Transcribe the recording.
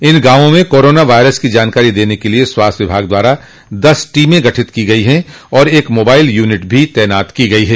इन गांवों में corona virus की जानकारी देने के लिये स्वास्थ्य विभाग द्वारा दस टीमें गठित की गई है और एक मोबाइल यूनिट भी तैनात की गई है